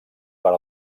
per